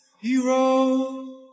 hero